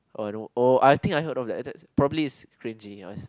oh I know oh I think I have heard of that that's probably is cringy guys